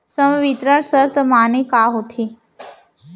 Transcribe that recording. संवितरण शर्त माने का होथे?